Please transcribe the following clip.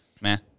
Man